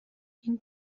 این